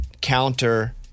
counter